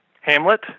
Hamlet